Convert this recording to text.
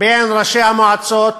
בין ראשי המועצות